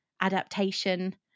adaptation